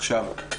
עכשיו,